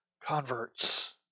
converts